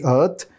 earth